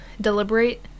deliberate